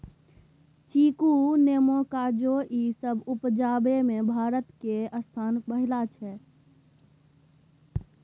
चीकू, नेमो, काजू ई सब उपजाबइ में भारत के स्थान पहिला छइ